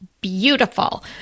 beautiful